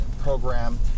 program